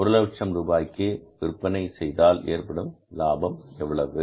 ஒரு லட்சம் ரூபாய்க்கு விற்பனை செய்தால் ஏற்படும் லாபம் எவ்வளவு